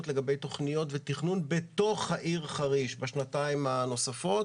לגבי תכניות ותכנון בתוך העיר חריש בשנתיים הנוספות,